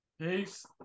Peace